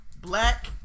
black